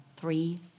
three